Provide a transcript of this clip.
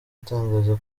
atangaza